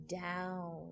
down